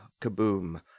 Kaboom